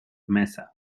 mesa